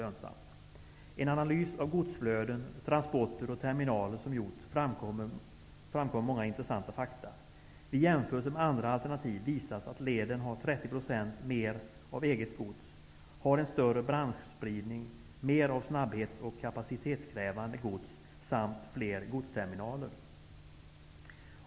Vid en analys av godsflöden, transporter och terminaler som gjorts framkommer många intressanta fakta. Vid en jämförelse med andra alternativ visas att leden kommer att ha 30 % mer av eget gods, en större branschspridning, mer av snabbhets och kapacitetskrävande gods samt fler godsterminaler.